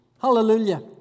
Hallelujah